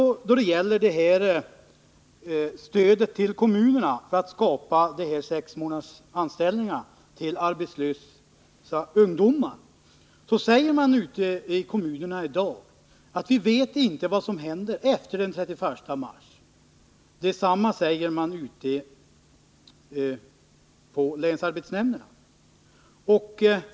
Då det gäller stödet till kommunerna för att skapa de här sexmånadersanställningarna för arbetslösa ungdomar säger man ute i kommunerna i dag, att vi vet inte vad som händer efter den 31 mars. Detsamma säger man på länsarbetsnämnderna.